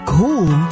cool